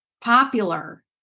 popular